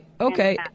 Okay